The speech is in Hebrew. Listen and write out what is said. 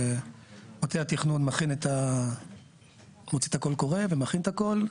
מטה התכנון מוציא את הקול קורא ומכין את הכול.